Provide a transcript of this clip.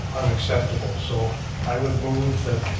unacceptable. so i would move that